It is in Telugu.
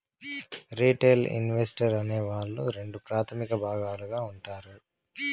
రిటైల్ ఇన్వెస్టర్ అనే వాళ్ళు రెండు ప్రాథమిక భాగాలుగా ఉంటారు